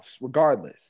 regardless